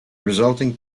resulting